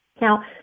Now